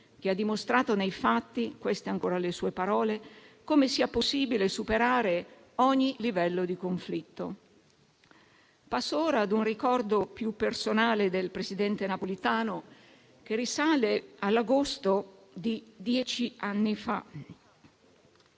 che ha dimostrato nei fatti - queste ancora le sue parole - come sia possibile superare ogni livello di conflitto. Passo ora a un ricordo più personale del presidente Napolitano, che risale all'agosto di dieci anni fa.